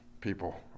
people